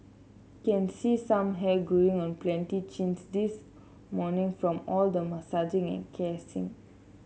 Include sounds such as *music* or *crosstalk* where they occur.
can see some hair growing on plenty chins this morning from all the massaging and *unintelligible*